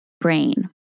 brain